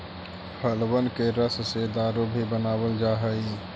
फलबन के रस से दारू भी बनाबल जा हई